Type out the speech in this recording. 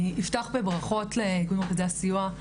אני אפתח בברכות למרכזי הסיוע,